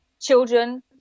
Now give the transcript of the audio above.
children